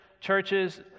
churches